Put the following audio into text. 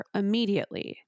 immediately